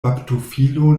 baptofilo